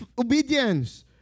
obedience